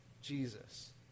Jesus